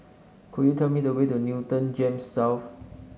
could you tell me the way to Newton Gems South